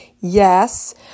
yes